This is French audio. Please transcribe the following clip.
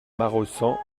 maraussan